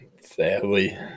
sadly